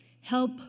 Help